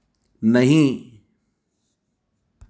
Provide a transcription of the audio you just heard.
नहीं